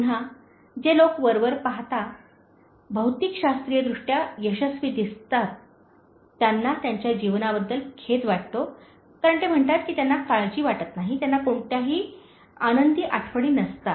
पुन्हा जे लोक वरवर पाहता भौतिकशास्त्रीयदृष्ट्या यशस्वी दिसतात त्यांना त्यांच्या जीवनाबद्दल खेद वाटतो कारण ते म्हणतात की त्यांना काळजी वाटत नाही त्यांना कोणत्याही आनंदी आठवणी नसतात